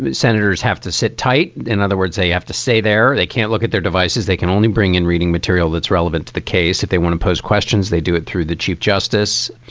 um senators have to sit tight in other words, they have to say there they can't look at their devices. they can only bring in reading material that's relevant to the case if they want to pose questions. they do it through the chief justice.